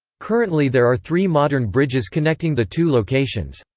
currently there are three modern bridges connecting the two locations.